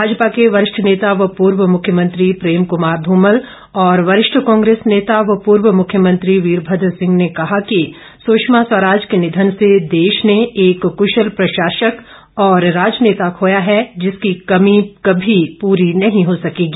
भाजपा के वरिष्ठ नेता व पूर्व मुख्यमंत्री प्रेम कुमार धूमल और वरिष्ठ कांग्रेस नेता व पूर्व मुख्यमंत्री वीरभद्र सिंह ने कहा कि सुषमा स्वराज के निधन से देश ने एक कुशल प्रशासक और राजनेता खोया है जिसकी कमी कभी पूरी नहीं हो सकेगी